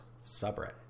subreddit